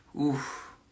Oof